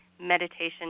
meditation